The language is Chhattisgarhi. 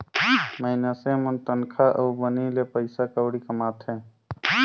मइनसे मन तनखा अउ बनी ले पइसा कउड़ी कमाथें